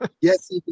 Yes